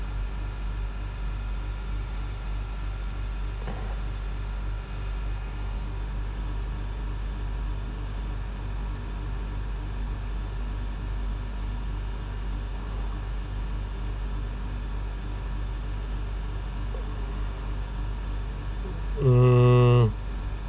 mm